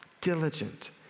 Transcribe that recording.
diligent